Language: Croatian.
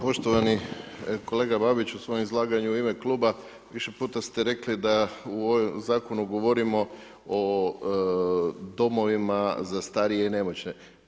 Poštovani kolega Babiću u svojem izlaganju u ime kluba, više puta ste rekli, da u ovom zakonu govorimo o domovima za starije i nemoćne.